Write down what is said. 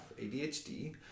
ADHD